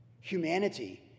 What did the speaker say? humanity